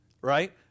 right